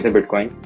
Bitcoin